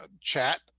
chat